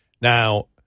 Now